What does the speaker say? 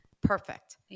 Perfect